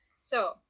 So-